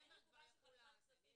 ----- אני לא רוצה תאריך קשיח.